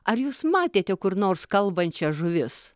ar jūs matėte kur nors kalbančias žuvis